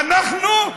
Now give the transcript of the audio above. ואנחנו?